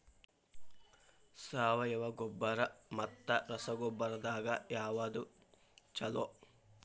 ಸಾವಯವ ಗೊಬ್ಬರ ಮತ್ತ ರಸಗೊಬ್ಬರದಾಗ ಯಾವದು ಛಲೋ?